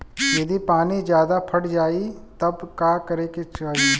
यदि पानी ज्यादा पट जायी तब का करे के चाही?